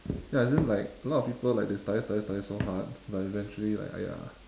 ya as in like a lot of people like they study study study so hard but eventually like !aiya!